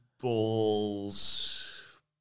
balls